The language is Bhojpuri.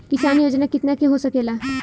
किसान योजना कितना के हो सकेला?